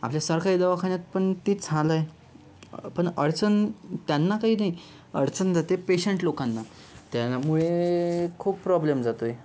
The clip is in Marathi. आपल्या सरकारी दवाखान्यात पण तेच हाल आहे पण अडचण त्यांना काही नाही अडचण जाते पेशंट लोकांना त्यामुळे खूप प्रॉब्लेम जातो आहे